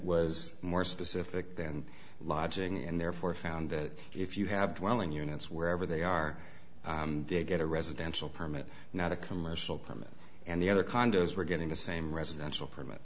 was more specific than lodging and therefore found that if you have willing units wherever they are they get a residential permit not a commercial permit and the other condos were getting the same residential permit